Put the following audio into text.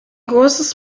großes